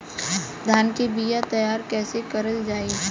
धान के बीया तैयार कैसे करल जाई?